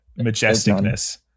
majesticness